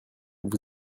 vous